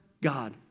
God